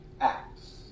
Acts